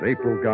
April